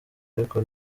ariko